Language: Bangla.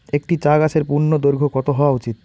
একটি চা গাছের পূর্ণদৈর্ঘ্য কত হওয়া উচিৎ?